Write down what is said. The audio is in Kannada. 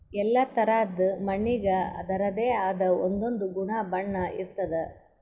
ಎಲ್ಲಾ ಥರಾದ್ ಮಣ್ಣಿಗ್ ಅದರದೇ ಆದ್ ಒಂದೊಂದ್ ಗುಣ ಬಣ್ಣ ಇರ್ತದ್